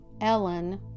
Ellen